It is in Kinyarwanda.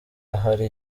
ahari